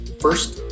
first